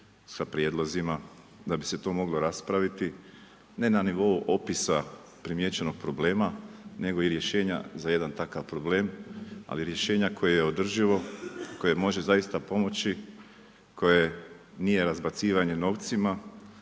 sa prijedlozima, da bi se tu moglo raspraviti, ne na nivou opisa primijećenog problema, nego i rješenja za jedan takav problem. Ali rješenja koje je održivo koje može zaista pomoći, koje nije razbacivanje novcima,